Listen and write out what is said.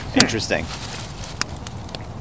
Interesting